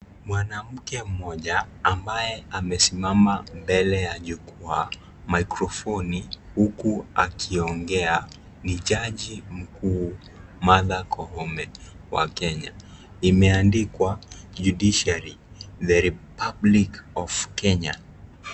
Mwanamke mmoja, ambaye amesimama mbele ya jukwaa, maikrofoni huku wakiongea. Ni jaji mkuu Martha Koome wa Kenya. Imeandikwa, Judiciary the Republic of Kenya .